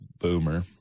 Boomer